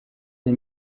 dei